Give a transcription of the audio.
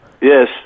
Yes